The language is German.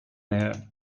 nähe